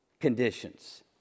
conditions